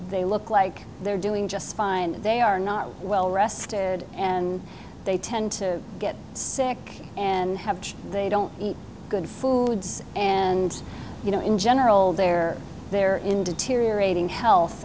they look like they're doing just fine and they are not well rested and they tend to get sick and have they don't eat good foods and you know in general they're they're in deteriorating health